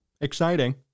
Exciting